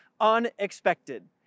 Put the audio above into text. Unexpected